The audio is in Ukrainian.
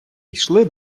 йшли